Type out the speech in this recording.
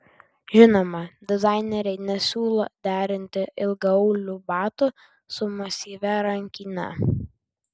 žinoma dizaineriai nesiūlo derinti ilgaaulių batų su masyvia rankine